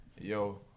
yo